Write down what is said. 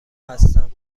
هستم